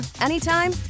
anytime